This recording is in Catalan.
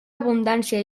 abundància